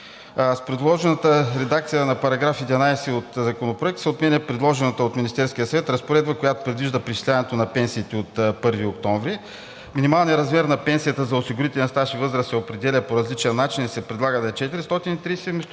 С предложената редакция на § 11 от Законопроекта се отменя предложената от Министерския съвет разпоредба, която предвижда преизчисляването на пенсиите от 1 октомври. Минималният размер на пенсията за осигурителен стаж и възраст се определя по различен начин и се предлага да е 430, вместо